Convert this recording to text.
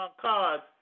cards